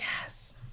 Yes